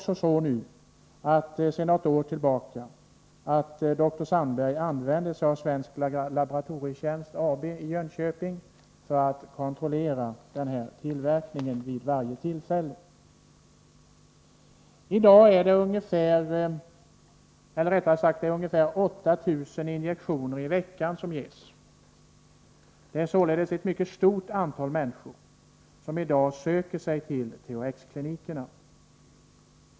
Sedan något år tillbaka använder sig dr Sandberg av Svensk Laboratorietjänst AB i Jönköping för att vid varje tillfälle kontrollera tillverkningen. Det ges nu ungefär 8 000 injektioner i veckan med THX. Det är således ett mycket stort antal människor som i dag söker sig till THX-klinikerna.